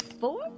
four